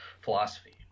philosophy